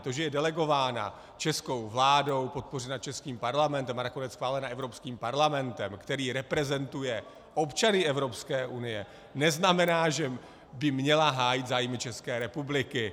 To, že je delegována českou vládou, podpořena českým Parlamentem a nakonec schválena Evropským parlamentem, který reprezentuje občany Evropské unie, neznamená, že by měla hájit zájmy České republiky.